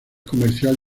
comercial